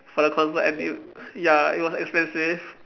for the concert and you ya it was expensive